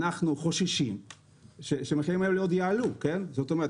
אנחנו חוששים שהמחירים האלה עוד יעלו, ואני מבין